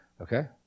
Okay